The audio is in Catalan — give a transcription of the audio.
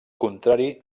contrari